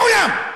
מעולם.